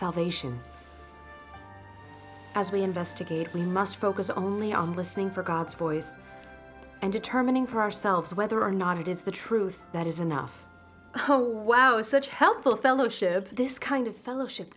salvation as we investigate we must focus only on listening for god's voice and determining for ourselves whether or not it is the truth that is enough oh wow such helpful fellowship this kind of fellowship